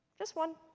this one